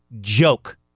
joke